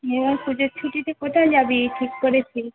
তুই এবার পুজোর ছুটিতে কোথায় যাবি ঠিক করেছিস